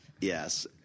yes